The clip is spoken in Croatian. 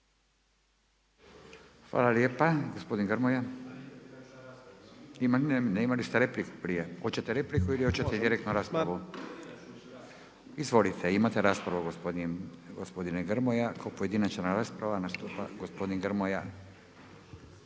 …/Upadica se ne čuje./… Ne, imali ste repliku prije. Hoćete repliku ili hoćete direktno raspravu. …/Upadica se ne čuje./… Izvolite, imate raspravu gospodine Grmoja. Kao pojedinačna rasprava nastupa gospodin Grmoja.